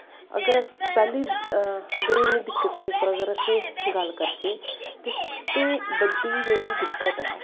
अगर अस पैह्ली अगर अस इनें दिक्कतें पर अगर अस गल्ल करचै ते सबतो बड्डी जेह्ड़ी दिक्कत ऐ